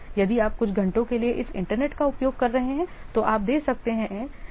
यदि आप कुछ घंटों के लिए इस इंटरनेट का उपयोग कर रहे हैं तो आप दे सकते हैं कि शुल्क क्या है